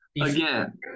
again